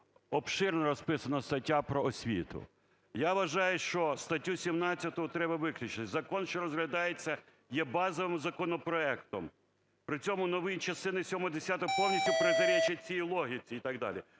обширно розписана стаття про освіту. Я вважаю, що статтю 17 треба виключити. Закон, що розглядається, є базовим законопроектом. При цьому нові частини 7-10 повністюпротирічать цій логіці і так далі.